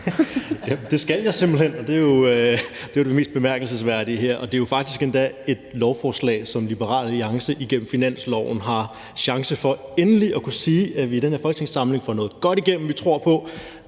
Det skal jeg simpelt hen, og det er jo det mest bemærkelsesværdige her. Det er faktisk endda et lovforslag, hvortil Liberal Alliance igennem finansloven endelig har muligheden for at kunne sige, at vi i den her folketingssamling får noget godt igennem, som vi tror på,